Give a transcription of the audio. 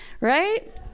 Right